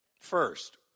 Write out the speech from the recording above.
First